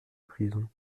prison